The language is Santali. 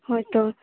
ᱦᱳᱭ ᱛᱚ